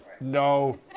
No